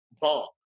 bomb